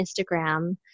Instagram